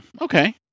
okay